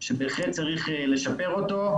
שבהחלט צריך לשפר אותו,